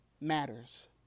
matters